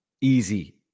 easy